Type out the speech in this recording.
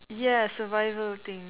yes survival thing